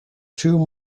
two